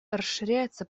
расширяется